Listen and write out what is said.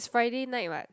Friday night what